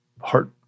heart